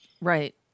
Right